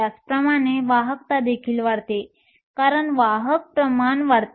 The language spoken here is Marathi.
त्याचप्रमाणे वाहकता देखील वाढते कारण वाहक प्रमाण वाढते